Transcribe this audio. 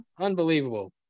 Unbelievable